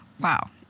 Wow